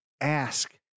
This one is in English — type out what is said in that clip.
ask